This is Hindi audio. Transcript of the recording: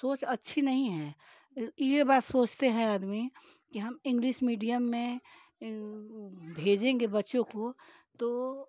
सोच अच्छी नहीं है ये बात सोचते हैं आदमी कि हम इंग्लिश मीडियम में भेजेंगे बच्चों को तो